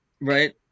right